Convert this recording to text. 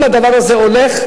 אם הדבר הזה הולך,